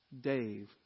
Dave